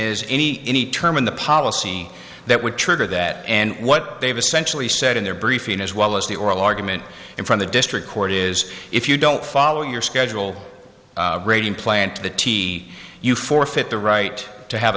is any any term in the policy that would trigger that and what they've essentially said in their briefing as well as the oral argument in from the district court is if you don't follow your schedule rating plan to the tee you forfeit the right to have